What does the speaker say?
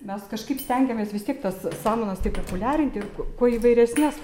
mes kažkaip stengiamės vis tiek tas samanas taip populiarinti kuo įvairesnes